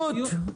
רות, רות.